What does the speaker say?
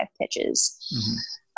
pitches